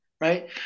right